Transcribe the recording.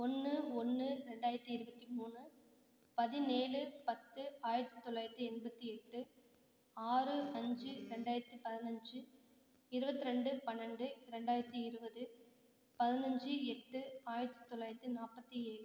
ஒன்று ஒன்று ரெண்டாயிரத்தி இருபத்தி மூணு பதினேழு பத்து ஆயிரத்தி தொள்ளாயிரத்தி எண்பத்தி எட்டு ஆறு அஞ்சு ரெண்டாயிரத்தி பதினஞ்சி இருபத்ரெண்டு பன்னண்டு ரெண்டாயிரத்தி இருபது பதனஞ்சு எட்டு ஆயிரத்தி தொள்ளாயிரத்தி நாற்பத்தி ஏழு